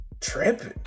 Tripping